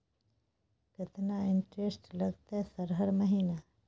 केतना इंटेरेस्ट लगतै सर हर महीना?